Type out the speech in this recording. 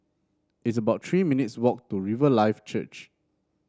it's about Three minutes walk to Riverlife Church